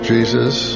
Jesus